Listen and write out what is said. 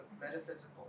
metaphysical